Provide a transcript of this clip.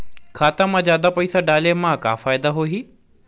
खाता मा जादा पईसा डाले मा का फ़ायदा होही?